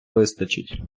вистачить